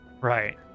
Right